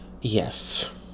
Yes